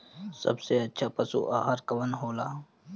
सबसे अच्छा पशु आहार कवन हो ला?